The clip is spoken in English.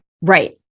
Right